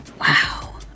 Wow